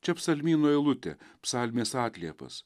čia psalmyno eilutė psalmės atliepas